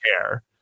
care